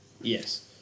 Yes